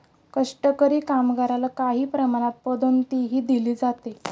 कष्टकरी कामगारला काही प्रमाणात पदोन्नतीही दिली जाते